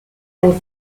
and